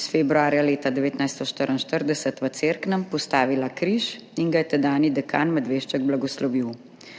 iz februarja leta 1944 v Cerknem postavila križ in ga je tedanji dekan Medvešček blagoslovil.